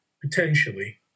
potentially